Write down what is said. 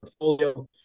portfolio